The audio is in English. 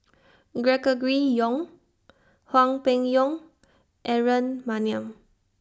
Gregory Yong Hwang Peng Yuan Aaron Maniam